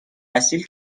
اصیل